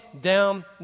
down